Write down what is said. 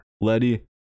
Letty